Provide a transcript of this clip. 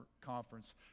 conference